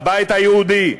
הבית היהודי,